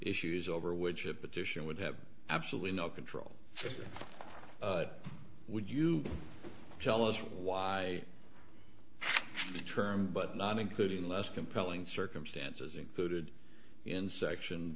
issues over which a petition would have absolutely no control would you tell us why the term but not including less compelling circumstances included in section